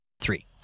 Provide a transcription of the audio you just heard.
Three